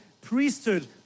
priesthood